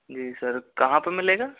जी sir कहाँ पे मिलेगा